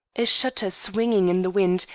a shutter swinging in the wind,